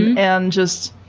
and just